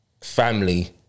family